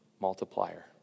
multiplier